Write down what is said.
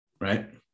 right